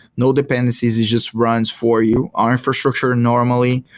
no dependencies, it just runs for you, on infrastructure normally,